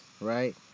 right